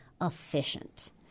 efficient